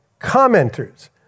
commenters